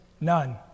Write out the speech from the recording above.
none